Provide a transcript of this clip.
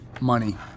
money